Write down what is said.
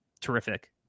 terrific